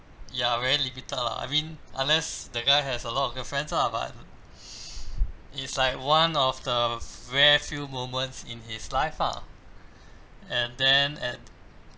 ya very limited lah I mean unless the guy has a lot of girlfriends lah but it's like one of the rare few moments in his life ah and then at